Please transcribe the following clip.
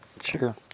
Sure